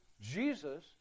Jesus